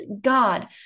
God